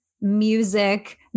music